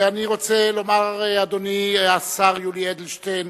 אדוני השר יולי אדלשטיין,